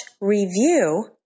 review